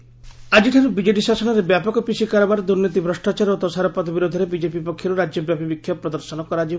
ଆନ୍ଦୋଳନ ଆକିଠାରୁ ବିଜେଡ଼ି ଶାସନରେ ବ୍ୟାପକ ପିସି କାରବାର ଦୁର୍ନୀତି ଭ୍ରଷ୍ଚାର ଓ ତୋଷାରପାତା ବିରୋଧରେ ବିଜେପି ପକ୍ଷର୍ ରାଜ୍ୟବ୍ୟାପୀ ବିକ୍ଷୋଭ ପ୍ରଦର୍ଶନ କରାଯିବ